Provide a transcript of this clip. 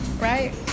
right